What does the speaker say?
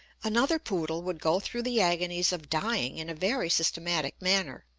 another poodle would go through the agonies of dying in a very systematic manner.